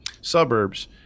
suburbs